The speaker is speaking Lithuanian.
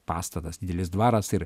pastatas didelis dvaras ir